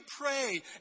pray